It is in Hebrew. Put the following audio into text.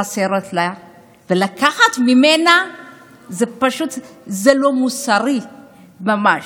לקחת ממנה זה לא מוסרי ממש.